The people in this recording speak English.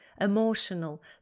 emotional